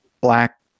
black